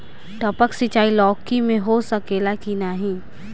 टपक सिंचाई लौकी में हो सकेला की नाही?